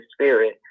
Spirit